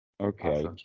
Okay